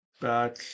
back